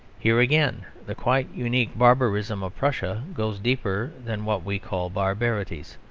here, again, the quite unique barbarism of prussia goes deeper than what we call barbarities.